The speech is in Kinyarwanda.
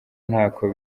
ntako